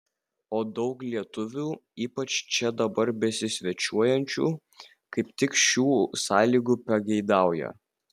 o daug lietuvių ypač čia dabar besisvečiuojančių kaip tik šių sąlygų pageidauja